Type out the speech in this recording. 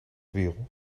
wiel